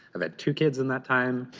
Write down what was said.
i've had two kids in that time,